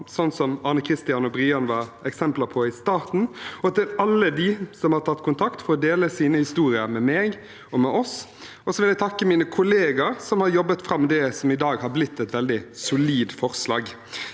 slik som Arne Christian og Brian var eksempler på i starten, og alle dem som har tatt kontakt for å dele sine historier med meg og med oss. Jeg vil også takke mine kollegaer som har jobbet fram det som i dag er blitt et veldig solid forslag.